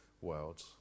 world